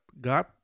God